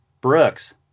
Brooks